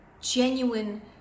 genuine